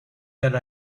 that